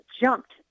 jumped